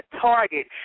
Target